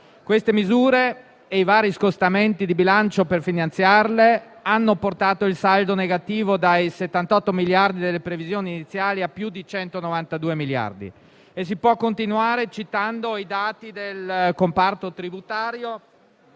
Queste misure e i vari scostamenti di bilancio per finanziarle hanno portato il saldo negativo dai 78 miliardi di euro delle previsioni iniziali a più di 192 miliardi. Si può continuare citando i dati del comparto tributario,